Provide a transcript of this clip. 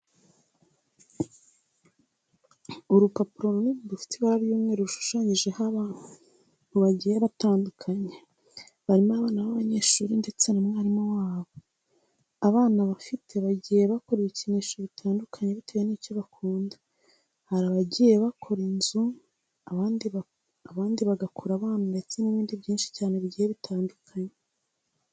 Urupapuro runini rufite ibara ry'umweru rushushanyijeho abantu bagiye batandukanye, barimo abana b'abanyeshuri ndetse na mwarimu wabo. Abana bafite bagiye bakora ibikinisho bitandukanye bitewe n'icyo bakunda. Hari abagiye bakora inzu, abandi bagakora abana ndetse n'ibindi byinshi cyane bigiye bitandukanye.